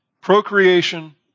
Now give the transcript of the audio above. procreation